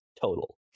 total